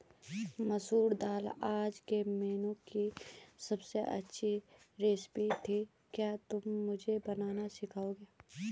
मसूर दाल आज के मेनू की अबसे अच्छी रेसिपी थी क्या तुम मुझे बनाना सिखाओंगे?